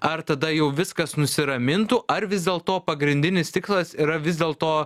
ar tada jau viskas nusiramintų ar vis dėlto pagrindinis tikslas yra vis dėlto